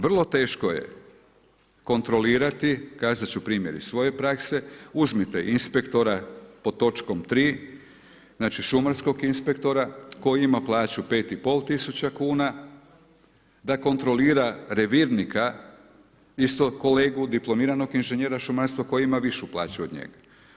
Vrlo teško je kontrolirati, kazat ću primjer iz svoje prakse, uzmite inspektora pod točkom 3, znači šumarskog inspektora koji ima plaću 5500 kuna da kontrolira revirnika isto kolegu diplomiranog inžinjera šumarstva koji ima višu plaću od njega.